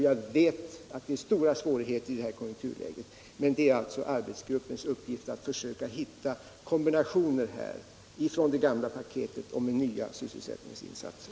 Jag vet att det finns stora svårigheter i det här konjunkturläget. Men det är arbetsgruppens uppgift att hitta kombinationer av åtgärder från det gamla paketet och nya sysselsättningsinsatser.